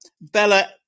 Bella